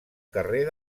carrer